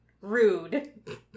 Rude